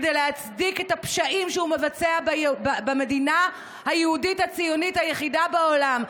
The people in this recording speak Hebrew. כדי להצדיק את הפשעים שהוא מבצע במדינה היהודית הציונית היחידה בעולם,